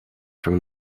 from